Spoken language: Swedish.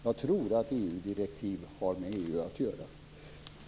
Jag tror att EU-direktiv har med EU att göra.